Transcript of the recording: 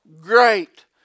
great